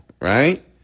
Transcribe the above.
right